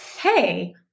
hey